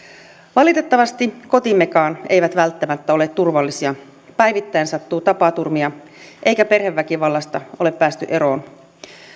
valitettavasti kotimmekaan eivät välttämättä ole turvallisia päivittäin sattuu tapaturmia eikä perheväkivallasta ole päästy eroon